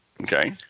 Okay